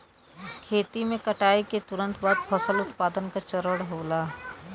खेती में कटाई के तुरंत बाद फसल उत्पादन का चरण होला